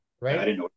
right